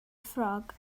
ffrog